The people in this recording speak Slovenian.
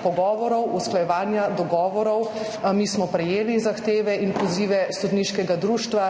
pogovorov, usklajevanja, dogovorov. Mi smo prejeli zahteve in pozive Slovenskega sodniškega društva